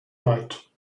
night